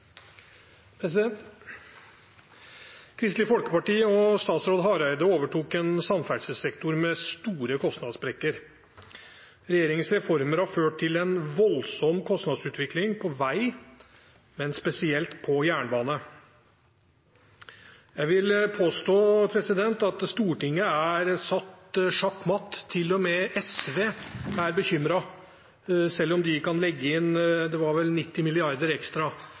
Kristelig Folkeparti og statsråd Hareide overtok en samferdselssektor med store kostnadssprekker. Regjeringens reformer har ført til en voldsom kostnadsutvikling på vei, men spesielt på jernbane. Jeg vil påstå at Stortinget er satt sjakk matt. Til og med SV er bekymret, selv om de kan legge inn